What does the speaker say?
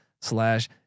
slash